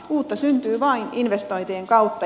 uutta syntyy vain investointien kautta